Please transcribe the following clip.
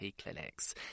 clinics